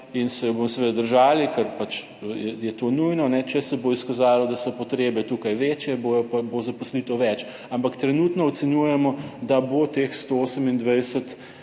in se jo bomo seveda držali, ker pač je to nujno. Če se bo izkazalo, da so potrebe tukaj večje, bo zaposlitev več. Ampak trenutno ocenjujemo, da bo teh 128